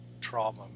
trauma